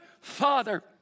father